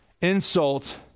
Insult